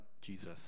Jesus